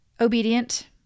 obedient